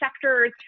sectors